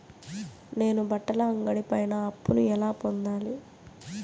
నేను బట్టల అంగడి పైన అప్పును ఎలా పొందాలి?